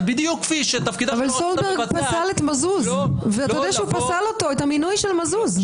--- אבל סולברג פסל את המינוי של מזוז.